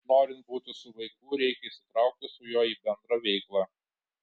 norint būti su vaiku reikia įsitraukti su juo į bendrą veiklą